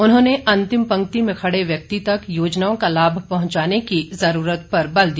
उन्होंने अंतिम पंक्ति में खड़े व्यक्ति तक योजनाओं का लाभ पहंचाने की जरूरत पर बल दिया